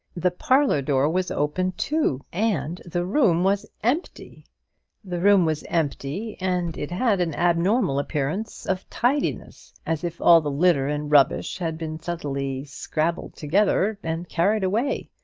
the parlour door was open too, and the room was empty the room was empty, and it had an abnormal appearance of tidiness, as if all the litter and rubbish had been suddenly scrambled together and carried away.